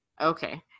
Okay